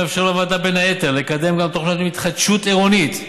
המאפשר לוועדה לקדם בין היתר גם תוכניות להתחדשות עירונית,